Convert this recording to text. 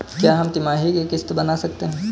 क्या हम तिमाही की किस्त बना सकते हैं?